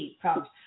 problems